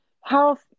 Health